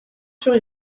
sur